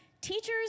teachers